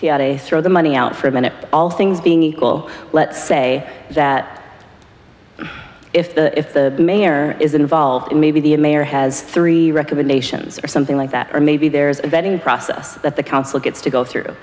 throw the money out for a minute all things being equal let's say that if the if the mayor is involved maybe the mayor has three recommendations or something like that or maybe there's a vetting process that the council gets to go through